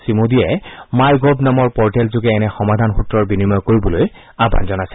শ্ৰীমোদীয়ে MyGov নামৰ পৰ্টেলযোগে এনে সমাধান সূত্ৰৰ বিনিময়ম কৰিবলৈ আহান জনাইছে